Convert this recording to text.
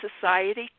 society